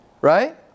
Right